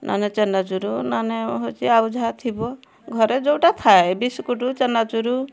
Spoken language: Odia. ନହନେ ଚେନାଚୁରୁ ନହନେ ହଉଛି ଆଉ ଯାହା ଥିବ ଘରେ ଯେଉଁଟା ଥାଏ ବିସ୍କୁଟୁ ଚେନାଚୁରୁ